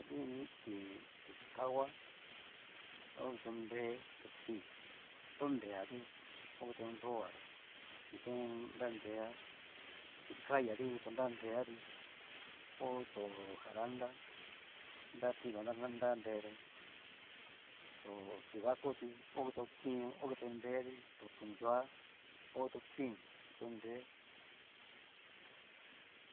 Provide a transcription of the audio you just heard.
Nonoi to ti kahua, ta ho kito nre o kito pin, a torea tú, ho kito nrogatan chín kito nra nrega, to ti kaya tu kito nra nregatú, ho to jarantá, nra pinton ta nra nretón, to tivako tú ho kito pin okito nré tú to to nrua'a ho kito pin kito nre.